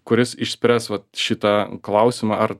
kuris išspręs šitą klausimą ar